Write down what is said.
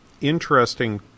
interesting